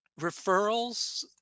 referrals